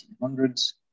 1800s